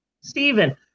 Stephen